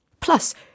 Plus